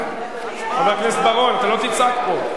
חבר הכנסת בר-און, אתה לא תצעק פה.